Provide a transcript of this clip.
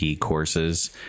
courses